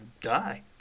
Die